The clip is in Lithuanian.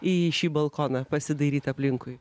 į šį balkoną pasidairyti aplinkui